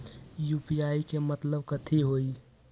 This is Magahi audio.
यू.पी.आई के मतलब कथी होई?